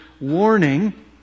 warning